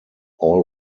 all